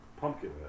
Pumpkinhead